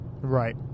Right